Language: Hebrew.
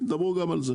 דברו גם על זה.